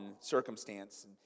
circumstance